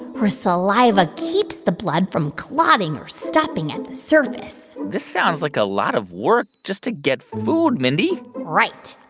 her saliva keeps the blood from clotting or stopping at the surface this sounds like a lot of work just to get food, mindy right.